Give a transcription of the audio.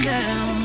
now